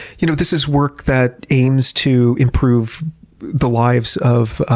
you know this is work that aims to improve the lives of